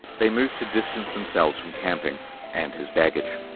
they moved to distance themselves from camping and his baggage.